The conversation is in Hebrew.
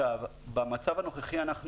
במצב הנוכחי אנחנו